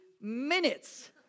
minutes